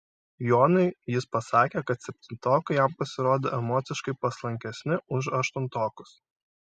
jonui jis pasakė kad septintokai jam pasirodė emociškai paslankesni už aštuntokus